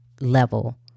level